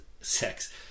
sex